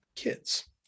kids